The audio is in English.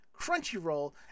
Crunchyroll